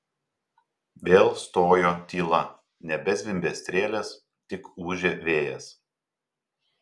vėl stojo tyla nebezvimbė strėlės tik ūžė vėjas